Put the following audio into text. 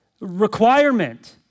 requirement